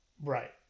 Right